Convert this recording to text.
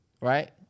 Right